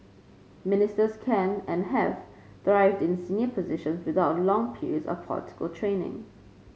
ministers can and have thrived in senior positions without long periods of political training